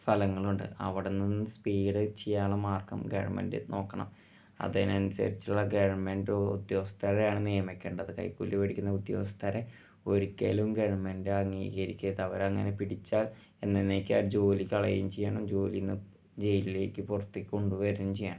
സ്ഥലങ്ങളുണ്ട് അവിടെ നിന്ന് സ്പീഡ് ചെയ്യാനുള്ള മാർഗ്ഗം ഗവണ്മെൻ്റ് നോക്കണം അതിനനുസരിച്ചുള്ള ഗവൺമെൻറ്റ് ഉദ്യോഗസ്ഥരെയാണ് നിയമിക്കേണ്ടത് കൈക്കൂലി മേടിക്കുന്ന ഉദ്യോഗസ്ഥരെ ഒരിക്കലും ഗവൺമെൻറ്റ് അവരങ്ങനെ പിടിച്ചാൽ എന്നെന്നേക്കുമായി ജോലി കളയുകയും ചെയ്യണം ജോലിയിൽ നിന്ന് ജയിലിലേക്ക് പുറത്തേക്ക് കൊണ്ട് വരുകയും ചെയ്യണം